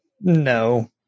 no